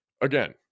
Again